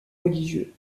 religieux